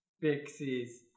pixies